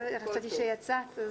חשבתי שיצאת,